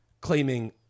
claiming